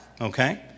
okay